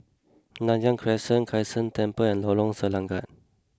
Nanyang Crescent Kai San Temple and Lorong Selangat